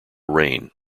rain